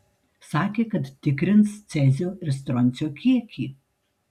sakė kad tikrins cezio ir stroncio kiekį